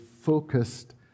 focused